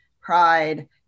Pride